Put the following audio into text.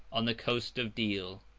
on the coast of deal.